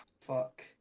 fuck